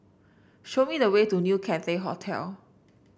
show me the way to New Cathay Hotel